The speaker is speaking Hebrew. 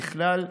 ככלל,